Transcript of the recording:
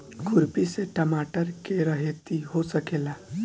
खुरपी से टमाटर के रहेती हो सकेला?